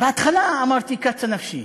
בהתחלה אמרתי: קצה נפשי.